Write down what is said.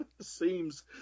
seems